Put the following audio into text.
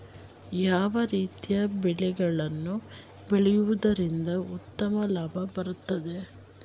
ಯಾವ ರೀತಿಯ ಬೆಳೆಗಳನ್ನು ಬೆಳೆಯುವುದರಿಂದ ಉತ್ತಮ ಲಾಭ ಬರುತ್ತದೆ?